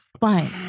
Fine